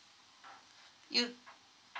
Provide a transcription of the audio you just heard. you